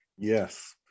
Yes